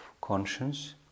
conscience